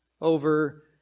over